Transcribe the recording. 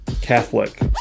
Catholic